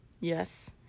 Yes